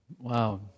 Wow